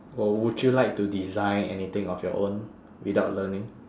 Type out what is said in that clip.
or would you like to design anything of your own without learning